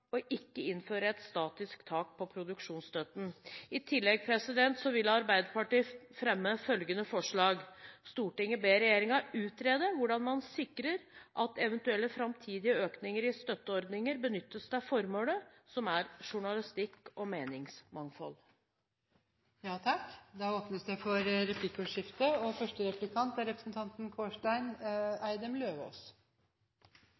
ikke å innføre et statisk tak på produksjonsstøtten.» I tillegg vil Arbeiderpartiet fremme følgende forslag: «Stortinget ber regjeringen utrede hvordan man sikrer at eventuelle fremtidige økninger i støtteordninger benyttes til formålet, som er journalistikk og meningsmangfold.» Representanten Rigmor Aasrud har tatt opp de forslagene hun refererte. Det blir replikkordskifte. Jeg har lyst til å spørre representanten